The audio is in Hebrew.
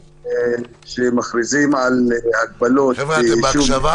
כשמכריזים על הגבלות ביישוב מסוים